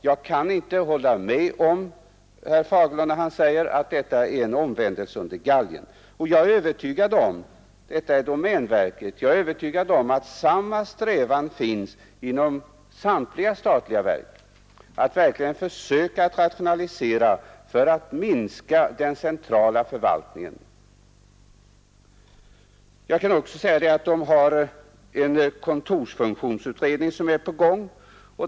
Jag kan inte hålla med herr Fagerlund när han säger att det är en omvändelse under galgen. Jag är övertygad om att samma strävan som finns hos domänverket också finns inom andra statliga verk, att man verkligen försöker rationalisera för att minska den centrala förvaltningen. Domänverket har en kontorsfunktionsutredning som också är på gång.